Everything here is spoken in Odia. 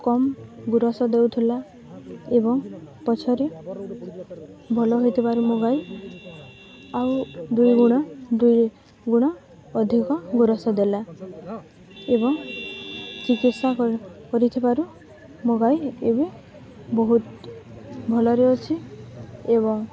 କମ୍ ଗୋରସ ଦେଉଥିଲା ଏବଂ ପଛରେ ଭଲ ହୋଇଥିବାରୁ ମୋ ଗାଈ ଆଉ ଦୁଇ ଗୁଣ ଦୁଇ ଗୁଣ ଅଧିକ ଗୋରସ ଦେଲା ଏବଂ ଚିକିତ୍ସା କରି କରିଥିବାରୁ ମୋ ଗାଈ ଏବେ ବହୁତ ଭଲରେ ଅଛି ଏବଂ